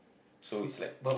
so it's like